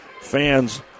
fans